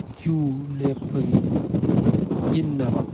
Q ꯂꯦꯞꯄꯒꯤ ꯏꯟꯅꯕ